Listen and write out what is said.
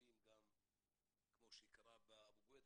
הקרה המקרה